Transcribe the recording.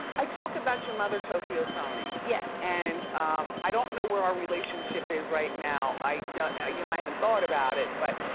i talk about your mother tokyo toni. yeah. and um i don't know where our relationship is right now, ah you know i haven't thought about it. but